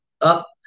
up